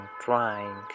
trying